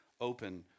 open